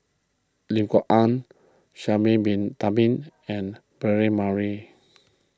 Lim Kok Ann Sha'ari Bin Tadin and Braema